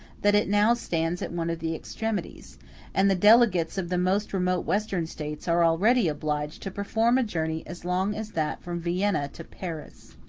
that it now stands at one of the extremities and the delegates of the most remote western states are already obliged to perform a journey as long as that from vienna to paris.